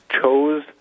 chose